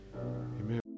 Amen